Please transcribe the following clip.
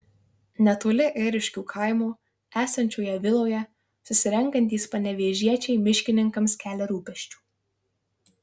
netoli ėriškių kaimo esančioje viloje susirenkantys panevėžiečiai miškininkams kelia rūpesčių